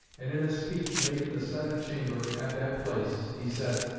and in a speech made in the senate chamber at that place he said